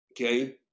okay